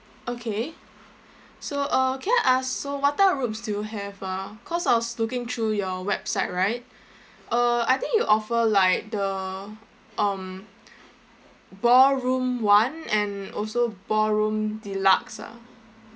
okay so uh can I ask so what type of rooms do have ah cause I was looking through your website right uh I think you offer like the um ballroom one and also ballroom deluxe ah